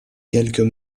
quelques